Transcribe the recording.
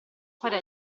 fare